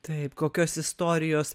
taip kokios istorijos